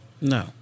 No